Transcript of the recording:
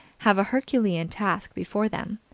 have a herculean task before them,